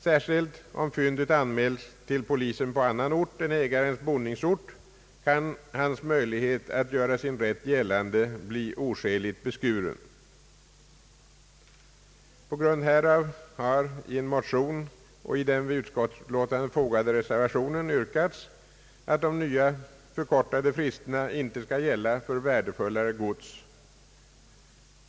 Särskilt om fyndet anmäls till polisen på annan ort än ägarens boningsort, kan hans möjlighet att göra sin rätt gällande bli oskäligt beskuren. På grund härav har i en motion och i den till utskottsutlåtandet fogade reservationen yrkats att de nya förkortade fristerna inte skall gälla för värdefullare gods.